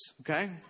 okay